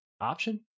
option